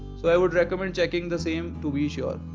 so i would recommend checking the same to be sure.